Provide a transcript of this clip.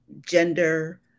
gender